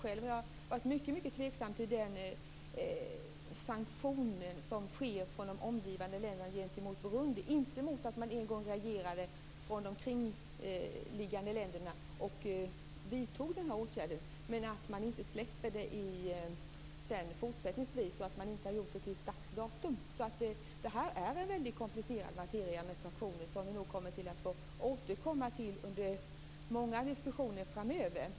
Jag har själv varit mycket tveksam till sanktionen gentemot Burundi från de omgivande länderna, inte mot att de omkringliggande länderna en gång reagerade och vidtog åtgärden men mot att man sedan inte släpper den och inte har gjort det till dags dato. Frågan om sanktioner är en komplicerad materia, som vi nog får återkomma till under många diskussioner framöver.